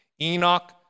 Enoch